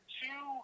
two